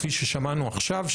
כפי ששמענו עכשיו,